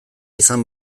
izan